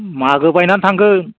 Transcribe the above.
मागो बायनानै थांगोन